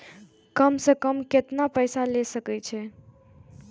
कम से कम केतना पैसा ले सके छी?